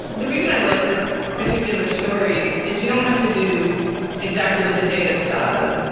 the reason i like this particular story is you don't have to do exactly what the data says,